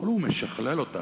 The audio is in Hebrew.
אבל הוא משכלל אותה,